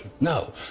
No